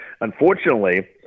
unfortunately